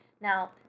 Now